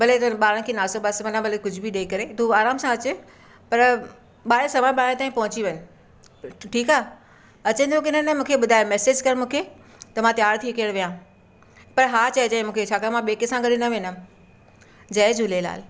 भले तूं इन ॿारनि खे नाश्तो वाश्तो माना भले कुझु बि ॾेई करे तू आराम सां अचि पर ॿारहें सवा ॿारहें ताईं पहुची वञि ठीकु आहे अचंदो कीन न मूंखे ॿुधाए मेसिज कर मूंखे त मां तयारु थी करे विया पर हा चइजे मूंखे छाकाणि मां ॿिए कंहिंसां गॾु न वेंदमि जय झूलेलाल